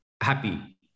happy